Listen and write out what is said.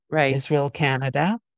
Israel-Canada